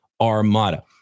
Armada